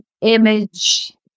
image